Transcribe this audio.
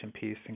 piece